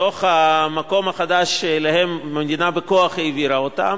במקום החדש שאליו המדינה בכוח העבירה אותם,